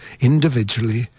individually